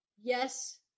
Yes